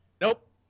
Nope